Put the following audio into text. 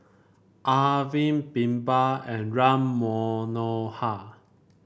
Arvind BirbaL and Ram Manohar